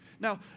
Now